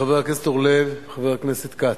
ולחבר הכנסת אורלב וחבר הכנסת כץ.